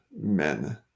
men